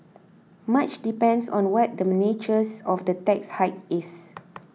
much depends on what the nature of the tax hike is